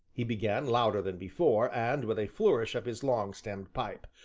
he began, louder than before, and with a flourish of his long-stemmed pipe,